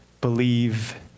believe